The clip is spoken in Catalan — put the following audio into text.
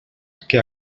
que